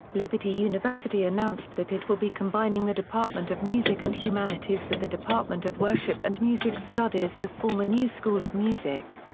liberty university announced that it will be combining the department of music and humanities with the department of worship and music studies to form a new school of music.